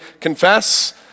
confess